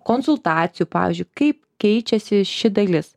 konsultacijų pavyzdžiui kaip keičiasi ši dalis